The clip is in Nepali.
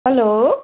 हेलो